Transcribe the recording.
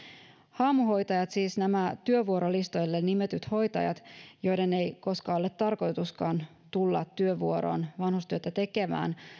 haamuhoitajat siis nämä työvuorolistoille nimetyt hoitajat joiden ei koskaan ole tarkoituskaan tulla työvuoroon vanhustyötä tekemään